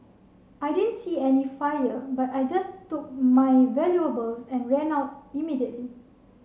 I didn't see any fire but I just took my valuables and ran out immediately